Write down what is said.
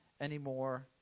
anymore